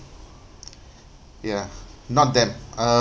ya not them uh